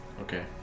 Okay